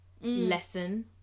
lesson